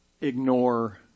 ignore